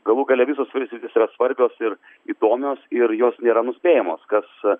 galų gale visos sritys yra svarbios ir įdomios ir jos nėra nuspėjamos kas